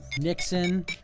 Nixon